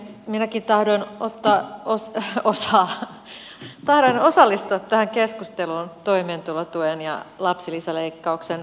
minäkin tahdon osallistua tähän keskusteluun toimeentulotuen ja lapsilisäleikkauksen välisestä suhteesta